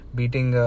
beating